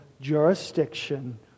jurisdiction